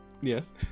Yes